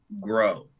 grow